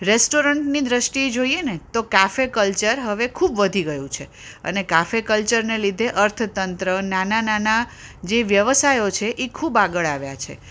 રેસ્ટોરન્ટની દૃષ્ટિએ જોઈએ ને તો કાફે કલ્ચર હવે ખૂબ વધી ગયું છે અને કાફે કલ્ચરને લીધે અર્થતંત્ર નાના નાના જે વ્યવસાયો છે એ ખૂબ આગળ આવ્યા છે